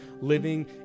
living